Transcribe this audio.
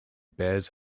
bears